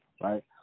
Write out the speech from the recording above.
right